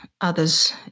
others